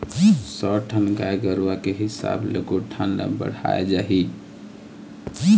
सौ ठन गाय गरूवा के हिसाब ले गौठान ल बड़हाय जाही